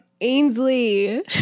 Ainsley